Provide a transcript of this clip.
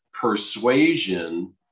persuasion